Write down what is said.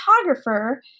photographer